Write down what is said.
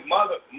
Mother